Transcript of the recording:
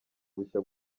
bushya